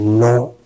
no